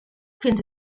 fins